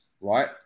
Right